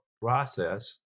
process